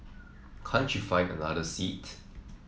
can't you find another seat